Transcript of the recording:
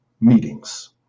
meetings